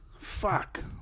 Fuck